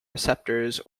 receptors